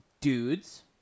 dudes